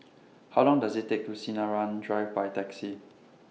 How Long Does IT Take to get to Sinaran Drive By Taxi